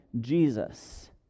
Jesus